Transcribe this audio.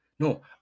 No